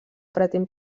pretén